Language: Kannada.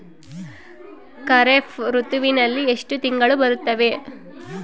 ಖಾರೇಫ್ ಋತುವಿನಲ್ಲಿ ಎಷ್ಟು ತಿಂಗಳು ಬರುತ್ತವೆ?